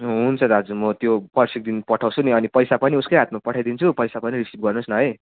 हुन्छ दाजु म त्यो पर्सिको दिन पठाउँछु नि अनि पैसा पनि उसकै हातमा पठाइदिन्छु पैसा पनि रिसिभ गर्नु होस् न है